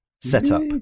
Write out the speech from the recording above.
setup